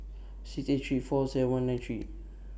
six eight three four seven one nine three